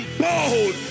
bold